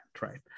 right